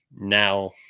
now